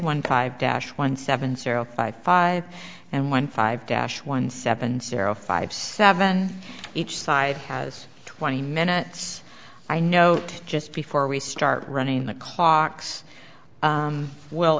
one five dash one seven zero five five and one five dash one seven zero five seven each side has twenty minutes i know just before we start running the clocks will